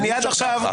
עד עכשיו,